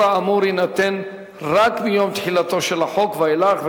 האמור יינתן רק מיום תחילתו של החוק ואילך,